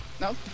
No